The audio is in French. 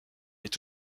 est